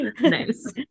nice